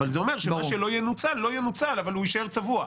אבל זה אומר שמה שלא ינוצל לא ינוצל ויישאר צבוע.